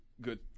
good